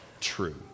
true